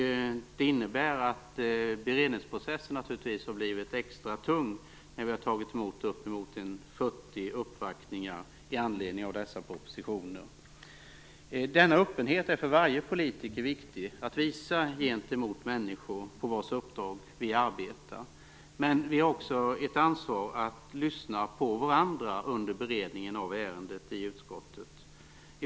Det innebär att beredningsprocessen har blivit extra tung när vi har tagit emot uppemot 40 uppvaktningar i anledning av dessa propositioner. Denna öppenhet är för varje politiker viktig att visa gentemot de människor på vilkas uppdrag vi arbetar. Men vi har också ett ansvar att lyssna på varandra under beredningen av ärendet i utskottet.